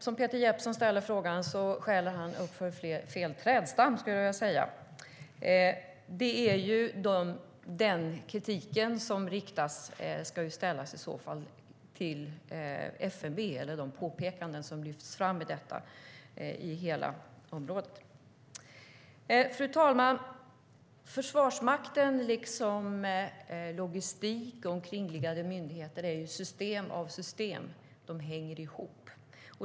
Som Peter Jeppsson ställer frågan skäller han uppför fel trädstam, skulle jag vilja säga. Den kritik, de påpekanden, som lyfts fram i hela området ska riktas till FMV. Fru talman! Försvarsmakten liksom logistik och omkringliggande myndigheter är system inom system - de hänger ihop.